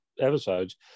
episodes